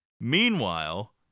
Meanwhile